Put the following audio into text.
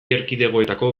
erkidegoetako